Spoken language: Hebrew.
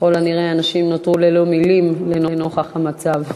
ככל הנראה אנשים נותרו ללא מילים לנוכח המצב.